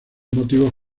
motivos